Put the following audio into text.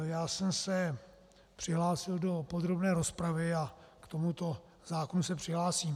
Já jsem se přihlásil do podrobné rozpravy a k tomuto návrhu se přihlásím.